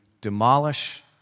demolish